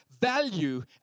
value